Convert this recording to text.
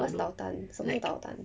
what's 捣蛋什么捣蛋